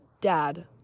dad